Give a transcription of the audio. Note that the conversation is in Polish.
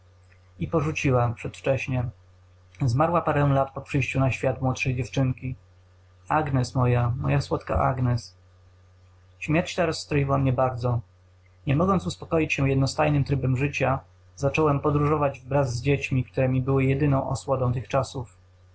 i porzuciła przedwcześnie zmarła parę lat po przyjściu na świat młodszej dziewczynki agnes moja moja słodka agnes śmierć ta rozstroiła mnie bardzo nie mogąc uspokoić się jednostajnym trybem życia zacząłem podróżować wraz z dziećmi które mi były jedyną osłodą tych czasów